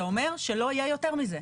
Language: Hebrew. זה אומר שלא יהיה יותר מזה.